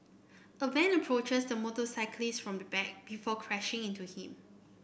a van approaches the motorcyclist from the back before crashing into him